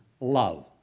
love